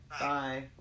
Bye